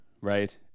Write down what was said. right